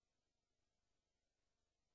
משקי-הבית.